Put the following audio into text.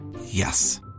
Yes